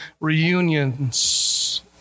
reunions